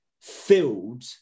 filled